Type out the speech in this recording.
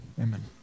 Amen